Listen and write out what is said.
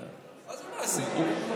מה זה "למעשה"?